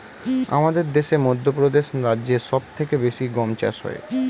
আমাদের দেশে মধ্যপ্রদেশ রাজ্যে সব থেকে বেশি গম চাষ হয়